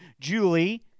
Julie